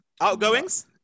Outgoings